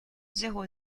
zéro